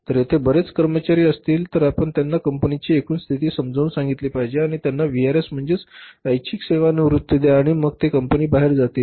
जर तेथे बरेच कर्मचारी असतील तर आपण त्यांना कंपनीची एकूण स्थिती समजावून सांगितली पाहिजे आणि त्यांना व्हीआरएस म्हणजेच ऐच्छिक सेवानिवृत्ती द्या आणि मग ते कंपनी बाहेर जातील